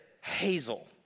Hazel